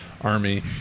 army